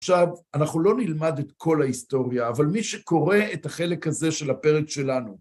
עכשיו, אנחנו לא נלמד את כל ההיסטוריה, אבל מי שקורא את החלק הזה של הפרק שלנו,